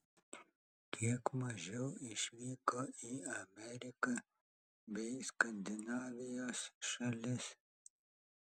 kiek mažiau išvyko į ameriką bei skandinavijos šalis